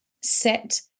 set